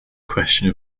question